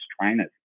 trainers